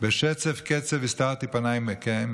בשצף קצף הסתרתי פני מכם